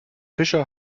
fischer